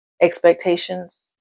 expectations